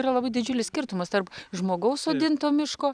yra labai didžiulis skirtumas tarp žmogaus sodinto miško